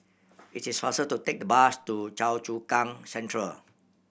it is faster to take the bus to Choa Chu Kang Central